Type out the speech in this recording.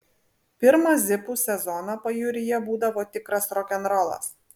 pirmą zipų sezoną pajūryje būdavo tikras rokenrolas